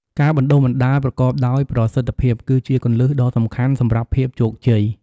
ការបណ្តុះបណ្តាលប្រកបដោយប្រសិទ្ធភាព គឺជាគន្លឹះដ៏សំខាន់សម្រាប់ភាពជោគជ័យ ។